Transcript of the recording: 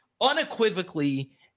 unequivocally